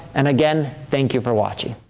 and again, thank you for watching.